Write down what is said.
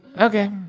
Okay